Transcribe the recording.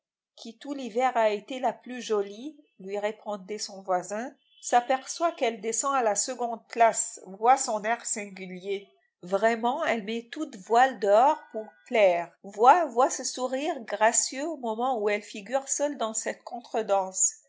qui tout l'hiver a été la plus jolie lui répondait son voisin s'aperçoit qu'elle descend à la seconde place vois son air singulier vraiment elle met toutes voiles dehors pour plaire vois vois ce sourire gracieux au moment où elle figure seule dans cette contredanse